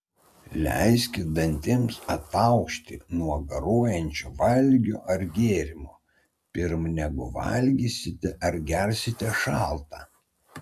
leiskit dantims ataušti nuo garuojančio valgio ar gėrimo pirm negu valgysite ar gersite šaltą